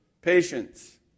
Patience